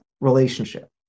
relationship